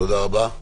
תודה רבה.